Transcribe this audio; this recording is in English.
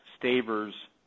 Staver's